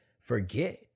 forget